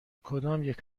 کدامیک